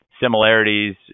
similarities